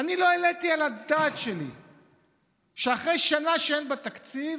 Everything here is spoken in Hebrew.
אני לא העליתי על הדעת שלי שאחרי שנה שאין בה תקציב,